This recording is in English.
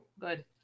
Good